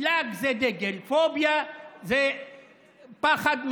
פלאג זה דגל, פוביה זה פחד מדגל,